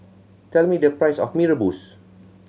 tell me the price of Mee Rebus